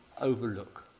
overlook